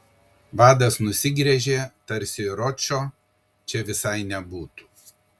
vadas nusigręžė tarsi ročo čia visai nebūtų